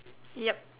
yup